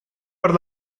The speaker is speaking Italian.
per